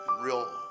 real